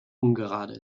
ungerade